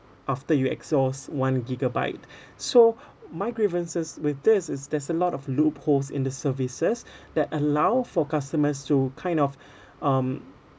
after you exhaust one gigabyte so my grievances with this is there's a lot of loopholes in the services that allow for customers to kind of um